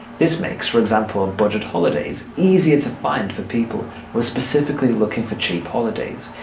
this makes for example budget holidays easier to find for people who are specifically looking for cheap holidays,